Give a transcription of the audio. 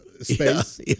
space